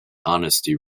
honesty